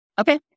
Okay